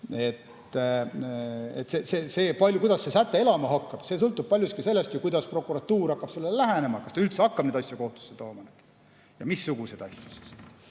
niimoodi. Kuidas see säte elama hakkab, see sõltub paljuski sellest, kuidas prokuratuur hakkab sellele lähenema, kas ta üldse hakkab asju kohtusse tooma, missuguseid asju